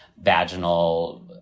vaginal